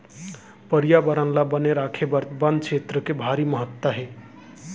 परयाबरन ल बने राखे बर बन छेत्र के भारी महत्ता हे